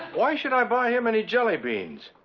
why should i buy him any jellybeans?